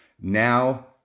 now